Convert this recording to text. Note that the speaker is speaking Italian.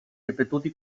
ripetuti